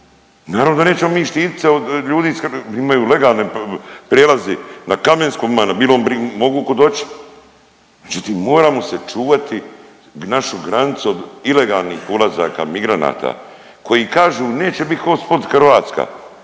naravno da nećemo mi štitit se od ljudi iz Hr…, imaju legalne prijelazi na Kamenskom, ima na Bilom Brigu, mogu kud oće, međutim moramo se čuvati, našu granicu od ilegalnih ulazaka migranata koji kažu neće bit hot spot Hrvatska,